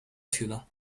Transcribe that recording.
ciudad